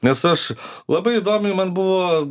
nes aš labai įdomiai man buvo